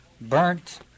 burnt